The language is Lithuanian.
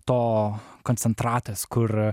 to koncentratas kur